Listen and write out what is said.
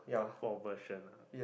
for version